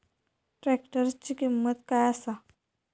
ट्रॅक्टराची किंमत काय आसा?